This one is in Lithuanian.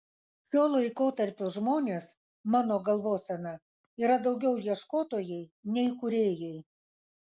šio laikotarpio žmonės mano galvosena yra daugiau ieškotojai nei kūrėjai